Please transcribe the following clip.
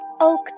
oak